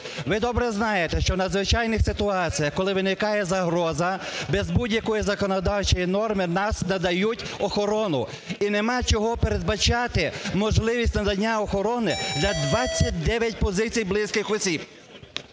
Ви добре знаєте, що у надзвичайних ситуаціях, коли виникає загроза, без будь-якої законодавчої норми у нас надають охорону і нема чого передбачати можливість надання охорони для 29 позицій близьких осіб.